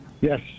Yes